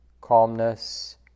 calmness